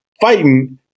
fighting